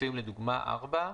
פיצויים לדוגמה4.